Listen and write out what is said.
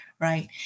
right